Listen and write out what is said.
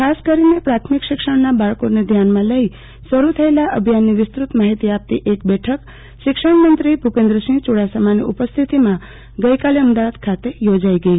ખાસ કરીને પ્રાથમિક શિક્ષણના બાળકો ધ્યાનમાં લઇ શરૂ થયેલા અભિયાનની વિસ્તૃત માહિતી આપતી એક બેઠક શિક્ષણમંત્રીશ્રી ભુપેન્દ્રસિંહ ચુડાસમાની ઉપસ્થિતિમાં ગઇકાલે અમદાવાદ ખાતે યોજાઈ ગઈ